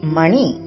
money